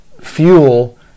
fuel